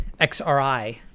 XRI